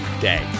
day